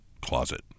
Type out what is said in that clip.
closet